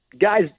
Guys